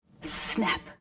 snap